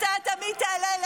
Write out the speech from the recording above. ואתה תמיד תעלה,